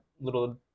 little